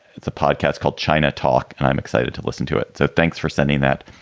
it's a podcast called china talk. and i'm excited to listen to it. so thanks for sending that.